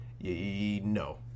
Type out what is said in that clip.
No